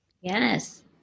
Yes